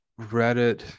Reddit